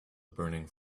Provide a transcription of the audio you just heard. burning